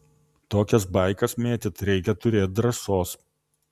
tokias baikas mėtyt reikia turėt drąsos